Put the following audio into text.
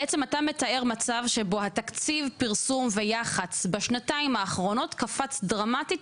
בעצם אתה מתאר מצב שבו תקציב הפרסום ויח"צ בשנתיים האחרונות קפץ דרמטית,